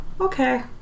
Okay